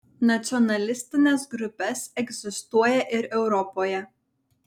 nacionalistines grupes egzistuoja ir europoje